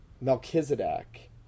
Melchizedek